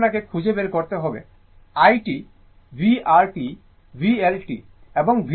সুতরাং আপনাকে খুঁজে বের করতে হবে I t vR t VL t এবং VC t